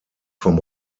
vom